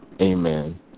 Amen